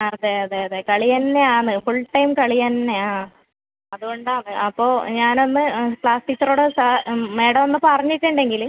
അതെ അതെ അതെ കളി എന്നെ ആണ് ഫുൾ ടൈം കളി തന്നെ ആ അതുകൊണ്ട് ആണ് അപ്പോൾ ഞാൻ ഒന്ന് ക്ലാസ് ടീച്ചറോട് സാർ മാഡം ഒന്ന് പറഞ്ഞിട്ടുണ്ടെങ്കിൽ